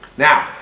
now,